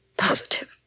Positive